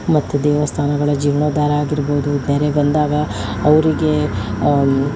ಮತ್ತೆ ದೇವಸ್ಥಾನಗಳ ಜೀವನೋದ್ಧಾರ ಆಗಿರ್ಬೋದು ನೆರೆ ಬಂದಾಗ ಅವರಿಗೆ